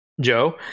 Joe